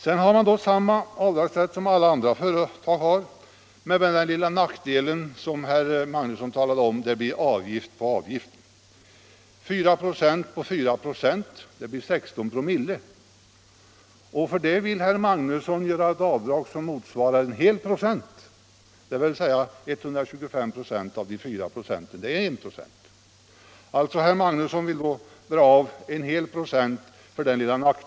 Sedan har han samma avdragsrätt som alla andra företagare — med den lilla nackdel som herr Magnusson talade om, att det blir avgift på avgiften. 4 96 på 4 96 blir 1,6 4.. För det vill herr Magnusson införa avdrag som motsvarar en hel procent — 125 26 av 4 26 blir en hel procent.